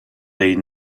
they